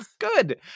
Good